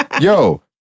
Yo